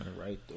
Right